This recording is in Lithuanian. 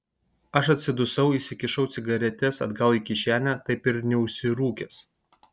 aš atsidusau įsikišau cigaretes atgal į kišenę taip ir neužsirūkęs